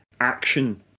action